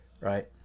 right